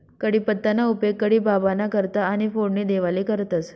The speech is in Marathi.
कढीपत्ताना उपेग कढी बाबांना करता आणि फोडणी देवाले करतंस